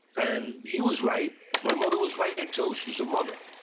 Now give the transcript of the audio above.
and he was right. my mother was right, ah too. she's a mother.